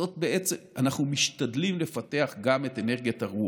אנחנו משתדלים לפתח גם את אנרגיית הרוח.